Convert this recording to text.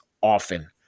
often